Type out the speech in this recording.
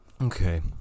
Okay